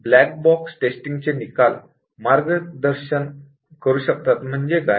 black box testing चे निकाल मार्गदर्शन करू शकतात म्हणजे काय